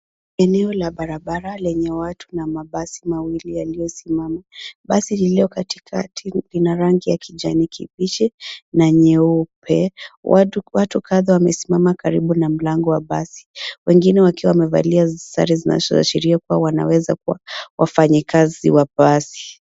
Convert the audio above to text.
Eneo la barabara lenye watu na mabasi mawili yaliyosimama. Basi lililo katikati lina rangi ya kijani kibichi na nyeupe. Watu kadhaa wamesimama karibu na mlango wa basi wengine wakiwa wamevalia sare zinazoashiria kuwa wanaweza kuwa wafanyikazi wa basi.